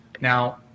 Now